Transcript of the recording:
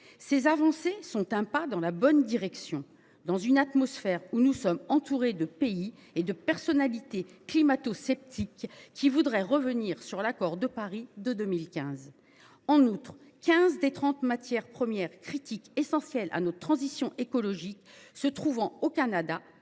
d’avancer dans la bonne direction, d’autant que nous sommes entourés de pays et de personnalités climatosceptiques qui voudraient revenir sur l’accord de Paris de 2015. En outre, quinze des trente matières premières critiques essentielles à notre transition écologique se trouvent au Canada,